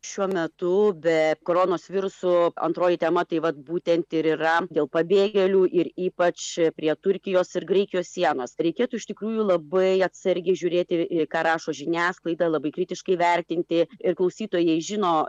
šiuo metu be koronos virusų antroji tema tai vat būtent ir yra dėl pabėgėlių ir ypač prie turkijos ir graikijos sienos reikėtų iš tikrųjų labai atsargiai žiūrėti į ką rašo žiniasklaida labai kritiškai vertinti ir klausytojai žino